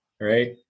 right